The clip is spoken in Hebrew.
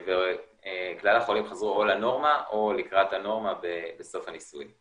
וכלל החולים חזרו או לנורמה או לקראת הנורמה בסוף הניסוי.